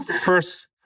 First